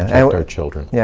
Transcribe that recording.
and our children. yeah